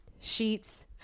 sheets